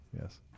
Yes